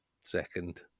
second